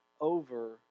over